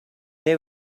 they